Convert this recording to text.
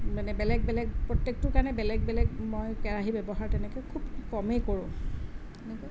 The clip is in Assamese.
মানে বেলেগ বেলেগ প্ৰত্যেকটোৰ কাৰণে বেলেগ বেলেগ মই কেৰাহী ব্যৱহাৰ তেনেকৈ খুব কমেই কৰোঁ এনেকুৱা